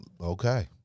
Okay